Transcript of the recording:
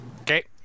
Okay